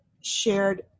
shared